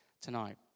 tonight